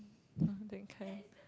that kind